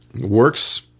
works